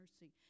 mercy